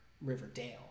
Riverdale